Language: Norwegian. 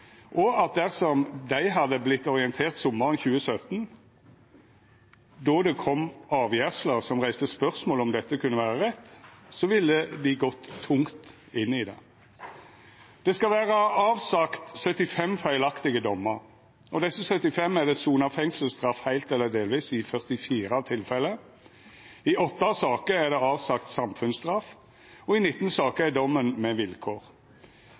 og at dersom dei hadde vorte orienterte sommaren 2017, då det kom avgjersler som reiste spørsmål om dette kunne vera rett, ville dei ha gått tungt inn i det. Det skal vera avsagt 75 feilaktige dommar. Av desse 75 er det sona fengselsstraff heilt eller delvis i 44 tilfelle. I 8 saker er det avsagt samfunnsstraff, og i 19 saker er dommen med vilkår.